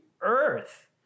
earth